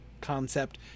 concept